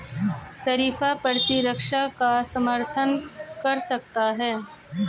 शरीफा प्रतिरक्षा का समर्थन कर सकता है